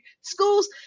schools